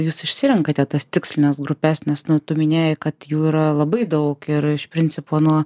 jūs išsirenkate tas tikslines grupes nes nu tu minėjai kad jų yra labai daug ir iš principo nuo